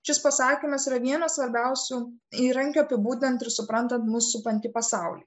šis pasakymas yra vienas svarbiausių įrankių apibūdinant ir suprantant mus supantį pasaulį